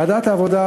ועדת העבודה,